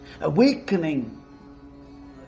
Awakening